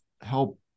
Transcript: help